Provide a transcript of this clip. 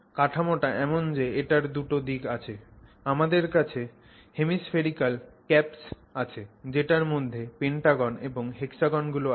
কাঠামোটা এমন যে এটার দুটো দিক আছে আমাদের কাছে হেমিস্ফেরিকাল ক্যাপস আছে যেটার মধ্যে পেন্টাগন এবং হেক্সাগণ গুলো আছে